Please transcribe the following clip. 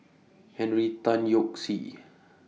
Henry Tan Yoke See